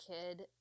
kid